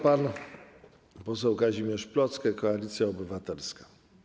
Pan poseł Kazimierz Plocke, Koalicja Obywatelska.